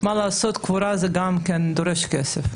קבורה דורשת כסף.